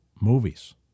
movies